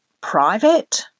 private